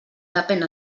depén